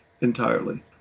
entirely